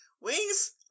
wings